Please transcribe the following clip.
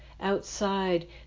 Outside